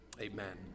amen